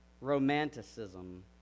romanticism